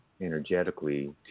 energetically